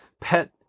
pet